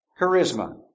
charisma